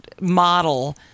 model